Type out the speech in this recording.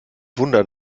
wunder